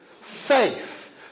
Faith